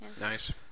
Nice